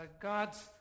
God's